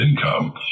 income